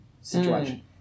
situation